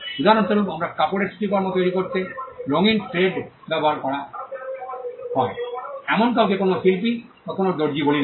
উদাহরণস্বরূপ আমরা কাপড়ের সূচিকর্ম তৈরি করতে রঙিন থ্রেড ব্যবহার করে এমন কাউকে কোনও শিল্পী বা কোনও দর্জি বলি না